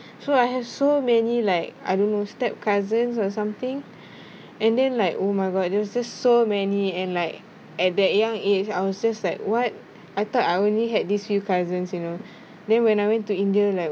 so I have so many like I don't know step cousins or something and then like oh my god there's just so many and like at that young age I was just like what I thought I only had this few cousins you know then when I went to india like